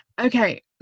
okay